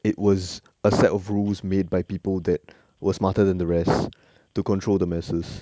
it was a set of rules made by people that were smarter than the rest to control the masses